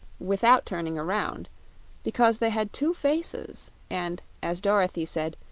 without turning around because they had two faces and, as dorothy said,